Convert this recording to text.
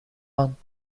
aan